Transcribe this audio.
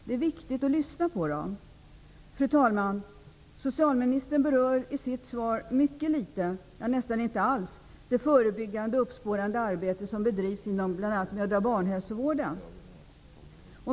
Det är viktigt att lyssna på dem. Fru talman! Socialministern berör i sitt svar mycket litet, ja nästan inte alls, det förebyggande och uppspårande arbete som bedrivs inom bl.a. mödraoch barnhälsovården.